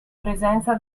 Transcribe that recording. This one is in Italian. presenza